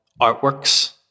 artworks